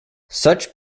such